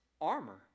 armor